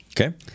Okay